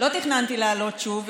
תכננתי לעלות שוב,